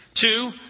Two